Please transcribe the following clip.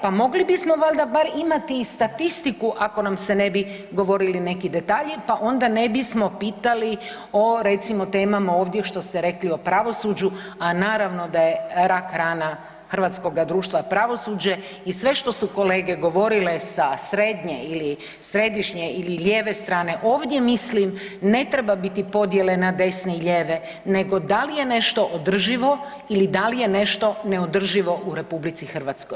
Pa mogli bismo valjda bar imati i statistiku ako nam se ne bi govorili detalji pa onda ne bismo pitali o recimo temama ovdje što ste rekli o pravosuđu, a naravno da je rak rana hrvatskoga društva pravosuđe i sve što su kolege govorile sa srednje ili središnje ili lijeve strane ovdje mislim ne treba biti podjele na desne i lijeve nego da li je nešto održivo ili da li je nešto neodrživo u RH.